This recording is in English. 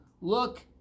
Look